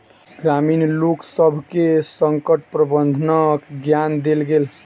ग्रामीण लोकसभ के संकट प्रबंधनक ज्ञान देल गेल